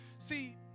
See